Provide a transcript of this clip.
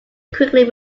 quickly